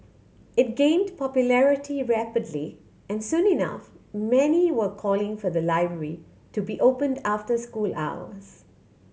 it gained popularity rapidly and soon enough many were calling for the library to be opened after school hours